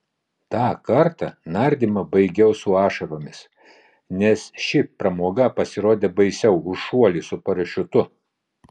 tą kartą nardymą baigiau su ašaromis nes ši pramoga pasirodė baisiau už šuolį su parašiutu